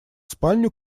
спальню